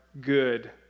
good